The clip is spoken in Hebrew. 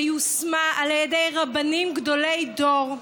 שיושמה על ידי רבנים גדולי דור,